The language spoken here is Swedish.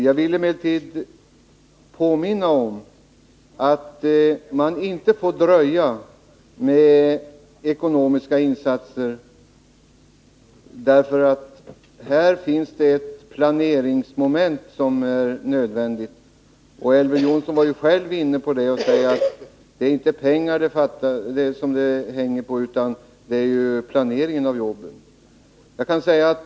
Jag vill emellertid påminna om att man inte får dröja med ekonomiska insatser — här finns det ett planeringsmoment som är nödvändigt. Elver Jonsson var själv inne på det. Han sade att det inte är pengar det hänger på utan planeringen av jobben.